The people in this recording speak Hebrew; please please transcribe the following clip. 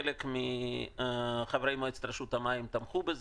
חלק מחברי מועצת רשות המים תמכו בזה,